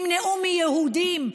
ימנעו מיהודים,